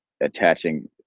attaching